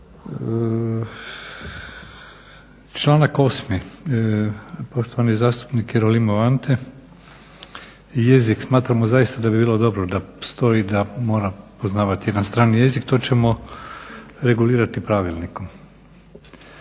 Članak 8.poštovani zastupnik Jerolimov Ante jezik smatramo zaista da bi bilo dobro da stoji, da mora poznavati jedan strani jezik, to ćemo regulirati pravilnikom.